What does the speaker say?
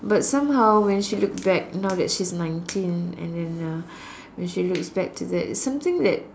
but somehow when she look back now that she's nineteen and then uh when she looks back to that it's something that